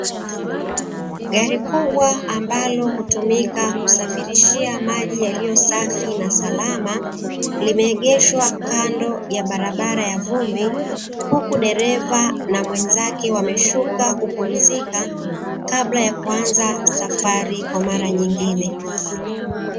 Gari kubwa ambalo hutumika kusafirishia maji yaliyo safi na salama, limeegeshwa kando ya barabara ya vumbi, huku dereva na mwenzake wameshuka kupumzika kabla ya kuanza safari kwa mara nyingine.